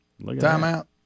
timeout